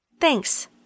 Thanks